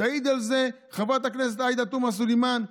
תעיד על זה חברת הכנסת עאידה תומא סלימאן,